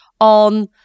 on